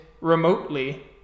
remotely